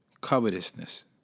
covetousness